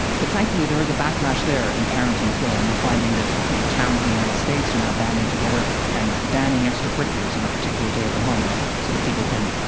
but thankfully, there is a backlash there in parenting as well, and you're finding that, you know, towns in the united states are now banding together and banning extracurriculars on a particular day of the month, so that people can,